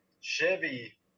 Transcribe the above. Chevy